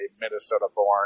Minnesota-born